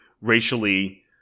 racially